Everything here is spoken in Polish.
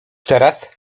teraz